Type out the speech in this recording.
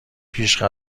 پیش